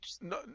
No